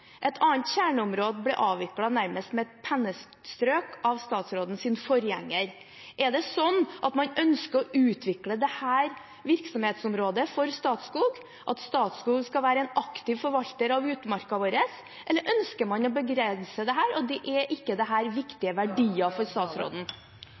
Et annet kjerneområde ble avviklet nærmest med et pennestrøk av statsrådens forgjenger. Er det sånn at man ønsker å utvikle dette virksomhetsområdet for Statskog, at Statskog skal være en aktiv forvalter av utmarka vår, eller ønsker man å begrense dette? Er ikke dette viktige verdier for statsråden? Ja, Statskog bør utvikle dei ressursane og